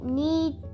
need